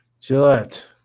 Gillette